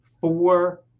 four